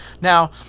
Now